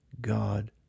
God